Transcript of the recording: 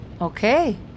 Okay